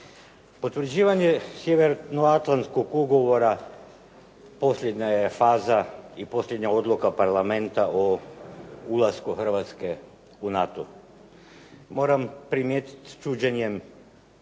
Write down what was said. Potvrđivanje Sjevernoatlantskog ugovora posljednja je faza i posljednja odluka Parlamenta o ulasku Hrvatske u NATO. Moram primijetiti s čuđenjem